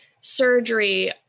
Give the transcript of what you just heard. surgery